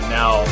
now